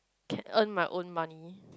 can earn my own money